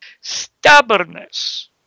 stubbornness